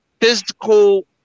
physical